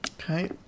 okay